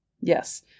yes